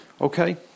okay